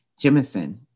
Jemison